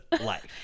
life